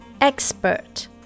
expert